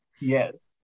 yes